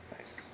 Nice